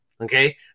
okay